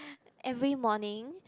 every morning